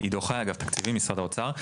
עידו חי אגף תקציבים משרד האוצר,